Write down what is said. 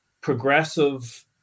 progressive